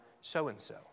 So-and-so